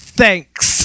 thanks